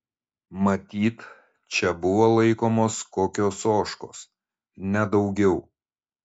matyt čia buvo laikomos kokios ožkos nedaugiau